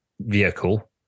vehicle